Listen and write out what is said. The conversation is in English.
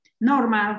normal